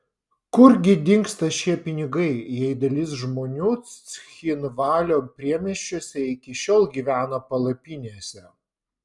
kur gi dingsta šie pinigai jei dalis žmonių cchinvalio priemiesčiuose iki šiol gyvena palapinėse